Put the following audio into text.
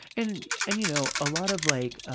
and and, you know, a lot of like,